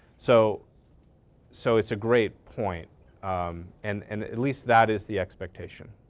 so so it's a great point and and at least that is the expectation,